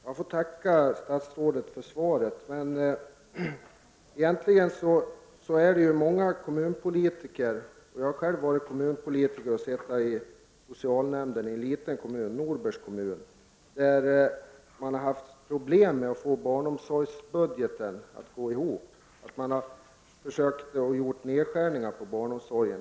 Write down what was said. Herr talman! Jag ber att få tacka statsrådet för svaret. Många kommunalpolitiker — jag har själv varit kommunalpolitiker och suttit i socialnämnden i en liten kommun, Norbergs kommun — har haft pro blem med att få barnomsorgsbudgeten att gå ihop, och man har försökt göra nedskärningar på barnomsorgen.